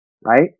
right